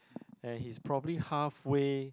and he's probably half way